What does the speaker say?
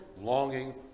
Longing